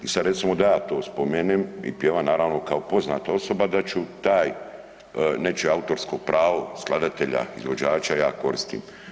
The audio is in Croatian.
I sad recimo da ja to spomenem i pjevam naravno kao poznata osoba da ću taj, nečije autorsko pravo skladatelja, izvođača ja koristim.